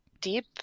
deep